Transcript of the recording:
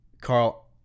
Carl